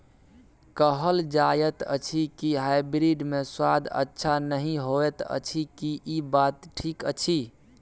कहल जायत अछि की हाइब्रिड मे स्वाद अच्छा नही होयत अछि, की इ बात ठीक अछि?